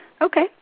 Okay